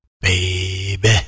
baby